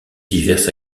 diverses